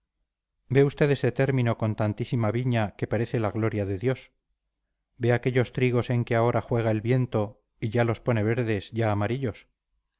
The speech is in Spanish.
ve usted este término con tantisma viña que parece la gloria de dios ve usted aquellos trigos en que ahora juega el viento y ya los pone verdes ya amarillos